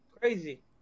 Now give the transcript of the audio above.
crazy